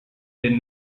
they